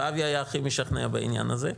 ואבי היה הכי משכנע בעניין הזה,